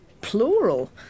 Plural